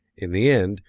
in the end,